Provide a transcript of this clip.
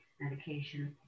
medication